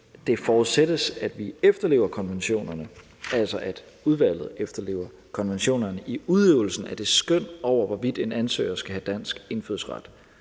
det forudsættes, at vi efterlever konventionerne, altså, at udvalget efterlever konventionerne i udøvelsen af det skøn over, hvorvidt en ansøger skal have dansk indfødsret.